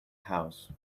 house